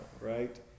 right